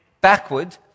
backward